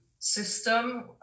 system